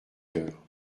coeur